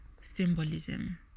symbolism